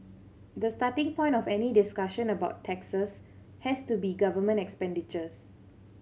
the starting point of any discussion about taxes has to be government expenditures